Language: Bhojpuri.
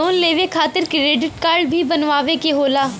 लोन लेवे खातिर क्रेडिट काडे भी बनवावे के होला?